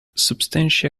substantia